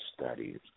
studies